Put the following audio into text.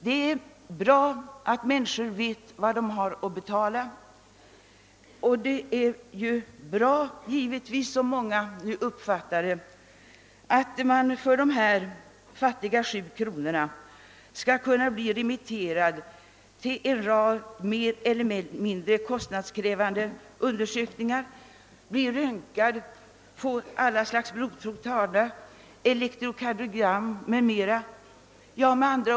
Det är bra att människor vet vad de har att betala, och givetvis en fördel att för fattiga sju kronor kunna få en rad mer elier mindre kostnadskrävande undersökningar, bli röntgad, få alla slags blodprov, elektrokardiogram m.m. tagna.